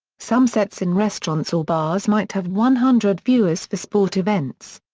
some sets in restaurants or bars might have one hundred viewers for sport events.